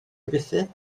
gruffudd